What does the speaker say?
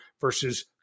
versus